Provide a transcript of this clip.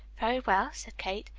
very well, said kate.